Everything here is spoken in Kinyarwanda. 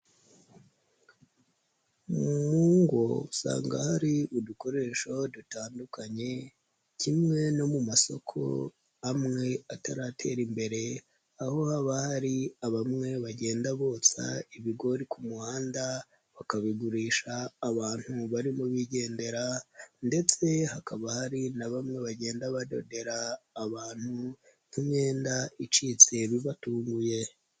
Mu ngo usanga hari udukoresho dutandukanye kimwe no mu masoko amwe ataratera imbere aho haba hari bamwe bagenda botsa ibigori ku muhanda bakabigurisha abantu barimo bigendera ndetse hakaba hari na bamwe bagenda badodera abantu nk'imyenda icitse bibatunguye.